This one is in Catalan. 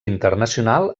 internacional